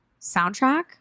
soundtrack